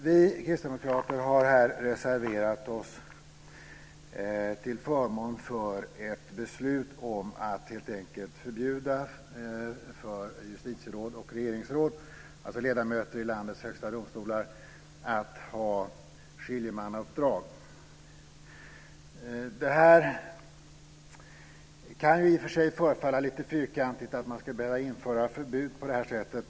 Vi kristdemokrater har reserverat oss till förmån för ett förslag om att förbjuda justitieråd och regeringsråd - alltså ledamöter i landets högsta domstolar - att ha skiljemannauppdrag. Att man ska behöva att införa ett förbud kan i och för sig förefalla lite fyrkantigt.